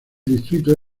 distrito